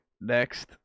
next